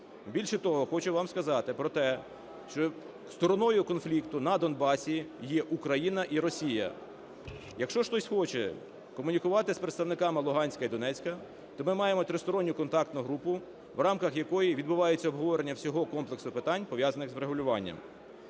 Більше того, хочу вам сказати про те, що стороною конфлікту на Донбасі є України і Росія. Якщо хтось хоче комунікувати з представниками Луганська і Донецька, то ми маємо Тристоронню контакту групу, в рамках якої відбувається обговорення всього комплексу питань, пов'язаних з врегулюванням.